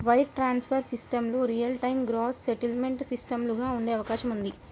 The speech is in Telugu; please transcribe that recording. వైర్ ట్రాన్స్ఫర్ సిస్టమ్లు రియల్ టైమ్ గ్రాస్ సెటిల్మెంట్ సిస్టమ్లుగా ఉండే అవకాశం ఉంది